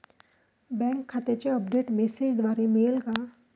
Bank खात्याचे update मेसेजद्वारे मिळेल का?